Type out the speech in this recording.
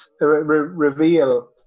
reveal